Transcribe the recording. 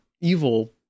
evil